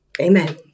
Amen